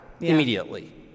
immediately